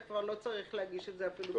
אתה אפילו כבר לא צריך להגיש את זה בכתב.